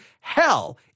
hell